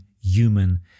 human